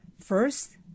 first